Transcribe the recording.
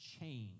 change